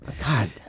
God